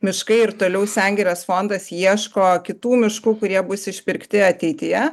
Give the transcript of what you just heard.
miškai ir toliau sengirės fondas ieško kitų miškų kurie bus išpirkti ateityje